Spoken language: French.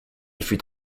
fut